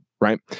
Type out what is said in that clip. Right